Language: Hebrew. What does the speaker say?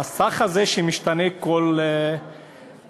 המסך הזה שמשתנה בכל